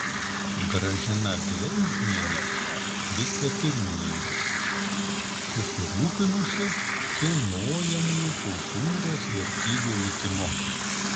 gražina gleiznienė vicepirmininkė susirūpinusi kilnojamųjų kultūros vertybių likimu